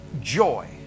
joy